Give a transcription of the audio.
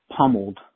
pummeled